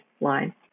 line